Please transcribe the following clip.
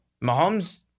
Mahomes